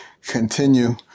continue